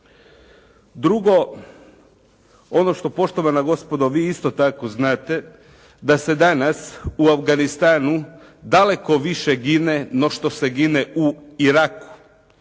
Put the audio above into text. Drugo, ono što poštovana gospodo vi isto tako znate da se danas u Afganistanu daleko više gine no što se gine u Iraku.